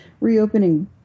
reopening